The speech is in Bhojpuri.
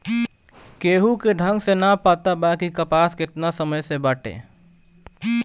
केहू के ढंग से ना पता बा कि कपास केतना समय से बाटे